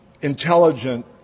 intelligent